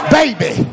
baby